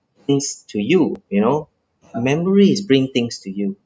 things to you you know a memory is bring things to you